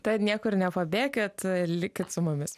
tad niekur nepabėkit likit su mumis